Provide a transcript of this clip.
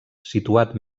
situat